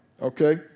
Okay